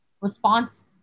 response